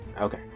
Okay